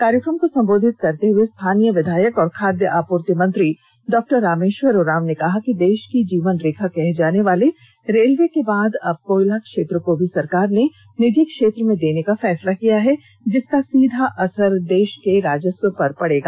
कार्यक्रम को सम्बोधित करते हुए स्थानीय विधायक और खाद्य आपूर्ति मंत्री डॉक्टर रामेष्वर उरांव ने कहा कि देष की जीवन रेखा कहे जाने वाले रेलवे के बाद अब कोयला क्षेत्र को भी सरकार ने निजी क्षेत्र में देने का फैसला किया है जिसका सीधा असर देष के राजस्व पर पड़ेगा